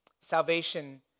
salvation